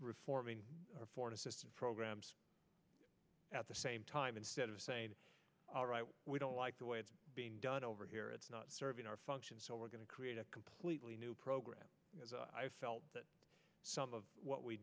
reforming our foreign assistance programs at the same time instead of saying all right we don't like the way it's being done over here it's not serving our function so we're going to create a completely new program i felt that some of what we